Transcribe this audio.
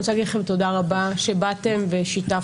אני רוצה להגיד לכם תודה רבה שבאתם ושיתפתם.